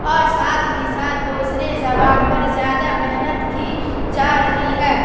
اور ساتھ ہی ساتھ دوسری زبان پر زیادہ محنت کی جا رہی ہے